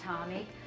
Tommy